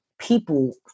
people